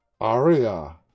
Aria